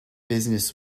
business